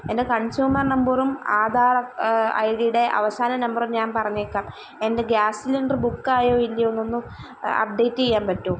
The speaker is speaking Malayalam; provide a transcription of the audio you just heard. എൻ്റെ കൺസ്യൂമർ നമ്പറും ആധാർ ഐ ഡിയുടെ അവസാന നമ്പറും ഞാൻ പറഞ്ഞേക്കാം എൻ്റെ ഗ്യാസ് സിലിണ്ടർ ബുക്ക് ആയോ ഇല്ലയോ എന്ന് അപ്ഡേറ്റ് ചെയ്യാൻ പറ്റുമോ